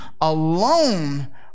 alone